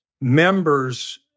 members